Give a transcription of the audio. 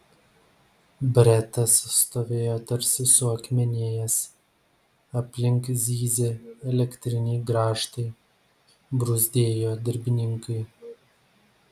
bretas stovėjo tarsi suakmenėjęs aplink zyzė elektriniai grąžtai bruzdėjo darbininkai